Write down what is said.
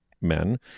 men